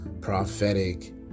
prophetic